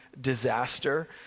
disaster